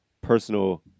personal